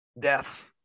deaths